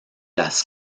las